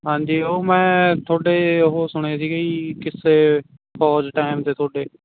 ਹਾਂਜੀ ਉਹ ਮੈਂ ਤੁਹਾਡੇ ਉਹ ਸੁਣੇ ਸੀਗੇ ਜੀ ਕਿੱਸੇ ਫੌਜ ਟਾਈਮ ਦੇ ਤੁਹਾਡੇ